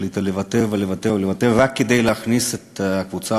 החלטנו לוותר ולוותר ולוותר רק כדי להכניס את הקבוצה